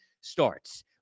starts